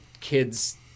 kids